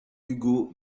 ugo